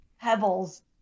pebbles